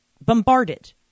bombarded